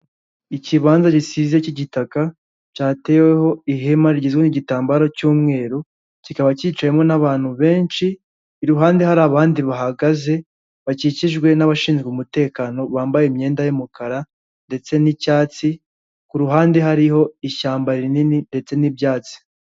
Ikibanza gisize cy'igitaka cyateweho ihema rigizwe n'igitambaro cy'umweru, kikaba cyicayewemo n'abantu benshi iruhande hari abandi bahagaze bakikijwe n'abashinzwe umutekano bambaye imyenda y'umukara ndetse n'icyatsi ku ruhande hariho ishyamba rinini ndetse n'ibyatsi.